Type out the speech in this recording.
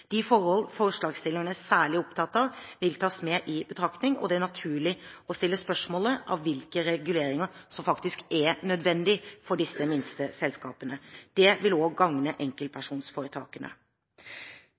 De forhold forslagsstillerne er særlig opptatt av, vil tas i betraktning, og det naturlige spørsmålet er hvilke reguleringer som faktisk er nødvendig for disse minste selskapene. Dette vil også gagne